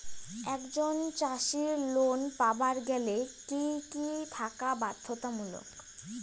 একজন চাষীর লোন পাবার গেলে কি কি থাকা বাধ্যতামূলক?